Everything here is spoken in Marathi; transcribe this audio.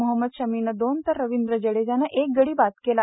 मोहम्मद शमीनं दोन तर रविंद्र जडेजानं एक गडी बाद केला